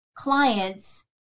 clients